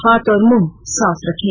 हाथ और मुंह साफ रखें